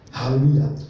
Hallelujah